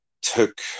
took